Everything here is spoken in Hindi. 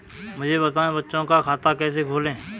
मुझे बताएँ बच्चों का खाता कैसे खोलें?